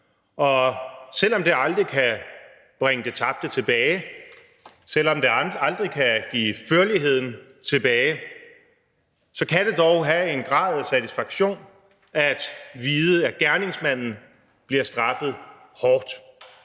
Og selv om det aldrig kan bringe det tabte tilbage, selv om det aldrig kan give førligheden tilbage, kan det dog have en grad af satisfaktion at vide, at gerningsmanden bliver straffet hårdt,